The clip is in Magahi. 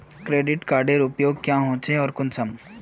क्रेडिट कार्डेर उपयोग क्याँ होचे आर कुंसम?